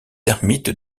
ermites